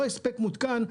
לא הספק מותקן,